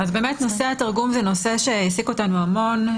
נושא התרגום זה נושא שהעסיק אותנו המון.